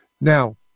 Now